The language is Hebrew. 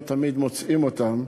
לא תמיד מוצאים אותם,